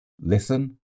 listen